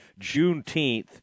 Juneteenth